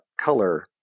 color